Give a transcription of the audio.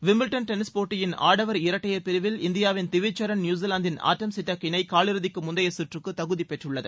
Wimbledon tennis போட்டியின் ஆடவர் இரட்டையர் பிரிவில் இந்தியாவின் திவிஜ் ஷரன் நியூசிலாந்தின் ஆர்டம் சிட்டக் இணை காலிறுதிக்கு முந்தைய சுற்றுக்கு தகுதி பெற்றுள்ளது